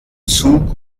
zug